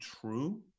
true